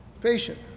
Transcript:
patient